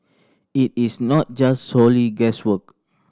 it is not just solely guesswork